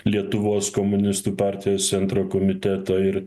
lietuvos komunistų partijos centro komiteto ir